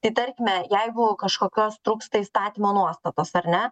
tai tarkime jeigu kažkokios trūksta įstatymo nuostatos ar ne